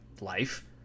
life